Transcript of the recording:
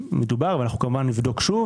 המדובר, אבל אנחנו כמובן נבדוק שוב.